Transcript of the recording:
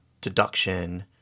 deduction